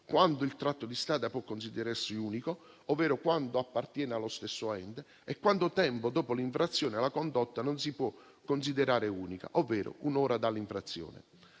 quando il tratto di strada può considerarsi unico, ovvero quando appartiene allo stesso ente, e quanto tempo dopo l'infrazione la condotta non si può considerare unica, ovvero un'ora dall'infrazione.